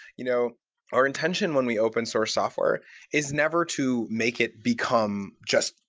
you know our intention when we open-source software is never to make it become just,